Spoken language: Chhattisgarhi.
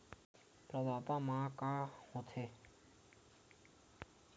प्रदाता मा का का हो थे?